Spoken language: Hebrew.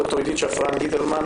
ד"ר עידית שפרן גיטלמן,